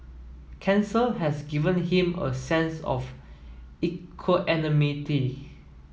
cancer has given him a sense of equanimity